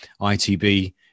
ITB